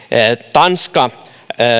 tanska